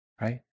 right